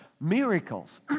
miracles